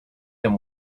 them